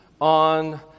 on